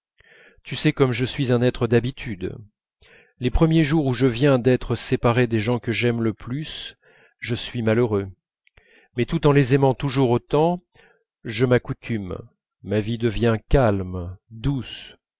tu sais comme je suis un être d'habitudes les premiers jours où je viens d'être séparé des gens que j'aime le plus je suis malheureux mais tout en les aimant toujours autant je m'accoutume ma vie devient calme douce